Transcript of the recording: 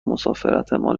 مسافرتمان